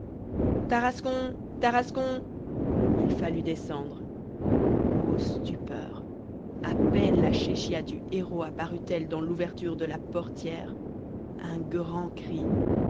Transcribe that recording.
tarascon tarascon il fallut descendre o stupeur à peine la chéchia du héros apparut elle dans l'ouverture de la portière un grand cri